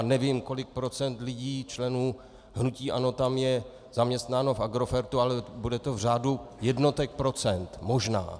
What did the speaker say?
Nevím, kolik procent lidí členů hnutí ANO tam je zaměstnáno v Agrofertu, ale bude to v řádu jednotek procent možná.